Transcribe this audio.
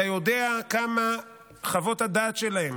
אתה יודע כמה חוות הדעת שלהם,